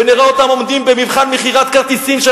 ונראה אותם עומדים במבחן מכירת כרטיסים של